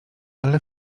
ale